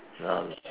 um